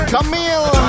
Camille